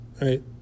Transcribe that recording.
Right